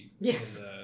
Yes